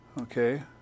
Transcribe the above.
okay